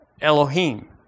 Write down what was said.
Elohim